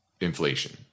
inflation